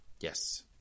Yes